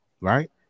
right